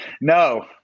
No